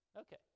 Okay